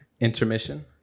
intermission